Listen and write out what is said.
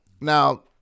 Now